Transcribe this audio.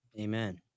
Amen